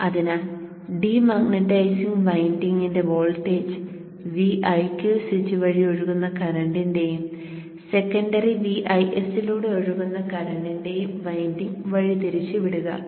അതിനാൽ ഡീമാഗ്നെറ്റൈസിംഗ് വിൻഡിംഗിന്റെ voltage Viq switch വഴി ഒഴുകുന്ന കറന്റിന്റെയും സെക്കൻഡറി Vis ലൂടെ ഒഴുകുന്ന കറന്റിന്റെയും വിൻഡിംഗ് വഴിതിരിച്ചുവിടുക